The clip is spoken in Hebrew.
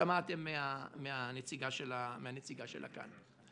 ושמעתם מהנציגה שלה כאן.